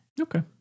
okay